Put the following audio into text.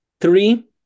Three